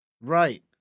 Right